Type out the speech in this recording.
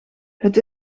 het